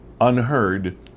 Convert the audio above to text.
unheard